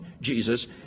Jesus